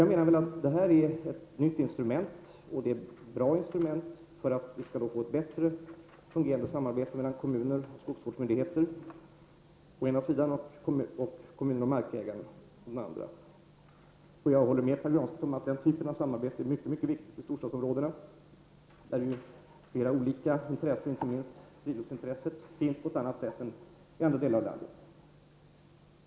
Jag menar att detta är ett nytt och bra instrument för att vi skall få ett bättre fungerande samarbete mellan kommuner och skogsvårdsmyndigheter å ena sidan och kommuner och markägare å den andra sidan. Jag håller med Pär Granstedt om att denna typ av samarbete är mycket viktig i storstadsområdena där olika intressen, inte minst friluftsintresset, finns på ett annat sätt än i andra delar av landet.